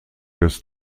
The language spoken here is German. des